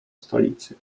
stolicy